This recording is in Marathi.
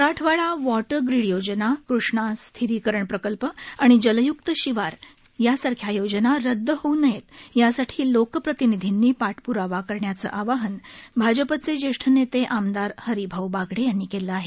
मराठवाडा वॉटर ग्रीड योजना कृष्णा स्थिरीकरण प्रकल्प आणि जलय्क्त शिवार सारख्या योजना रद्द होऊ नये यासाठी लोकप्रतिनीधींनी पाठप्रावा करण्याचं आवाहन भाजपचे ज्येष्ठ नेते आमदार हरिभाऊ बागडे यांनी केलं आहे